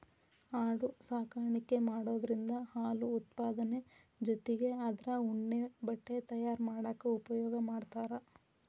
ಆಡು ಸಾಕಾಣಿಕೆ ಮಾಡೋದ್ರಿಂದ ಹಾಲು ಉತ್ಪಾದನೆ ಜೊತಿಗೆ ಅದ್ರ ಉಣ್ಣೆ ಬಟ್ಟೆ ತಯಾರ್ ಮಾಡಾಕ ಉಪಯೋಗ ಮಾಡ್ತಾರ